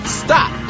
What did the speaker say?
stop